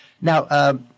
Now